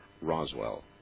Roswell